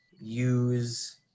use